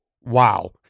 wow